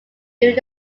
during